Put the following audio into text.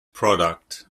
product